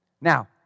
Now